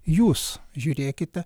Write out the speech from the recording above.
jūs žiūrėkite